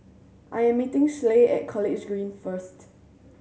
I am meeting Schley at College Green first